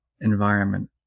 environment